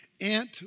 aunt